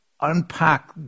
unpack